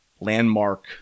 landmark